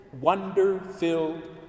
wonder-filled